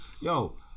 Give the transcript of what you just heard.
yo